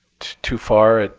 too far,